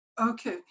Okay